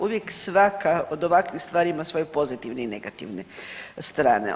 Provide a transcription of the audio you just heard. Uvijek svaka od ovakvih stvari ima svoje pozitivne i negativne strane.